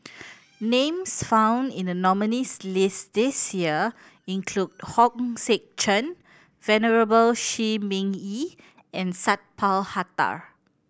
names found in the nominees' list this year include Hong Sek Chern Venerable Shi Ming Yi and Sat Pal Khattar